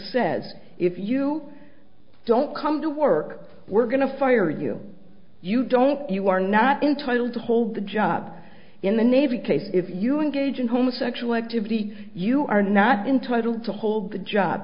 says if you don't come to work we're going to fire for you you don't you are not entitled to hold the job in the navy case if you engage in homosexual activity you are not entitled to hold the job